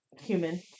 human